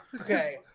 Okay